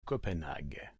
copenhague